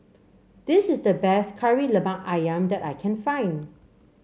this is the best Kari Lemak ayam that I can find